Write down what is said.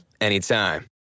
anytime